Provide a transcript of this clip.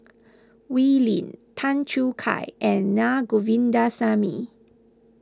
Wee Lin Tan Choo Kai and Naa Govindasamy